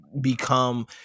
become